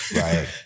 Right